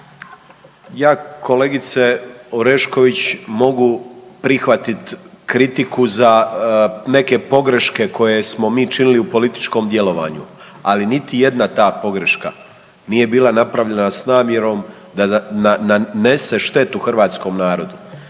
Ja kolegice Orešković mogu prihvatiti kritiku za neke pogreške koje smo mi činili u političkom djelovanju, ali niti jedna ta pogreška nije bila napravljena s namjerom da nanese štetu hrvatskom narodu.